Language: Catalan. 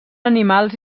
animals